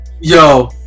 Yo